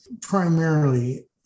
primarily